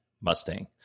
Mustang